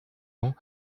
ans